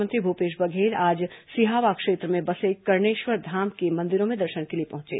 मुख्यमंत्री भूपेश बघेल आज सिहावा क्षेत्र में बसे कर्णेश्वर धाम के मंदिरों में दर्शन के लिए पहुंचे